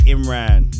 Imran